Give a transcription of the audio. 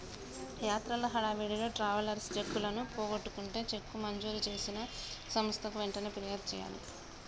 యాత్రల హడావిడిలో ట్రావెలర్స్ చెక్కులను పోగొట్టుకుంటే చెక్కు మంజూరు చేసిన సంస్థకు వెంటనే ఫిర్యాదు చేయాలి